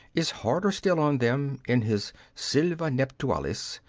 is harder still on them in his sylva nuptialis.